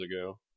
ago